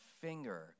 finger